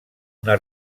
una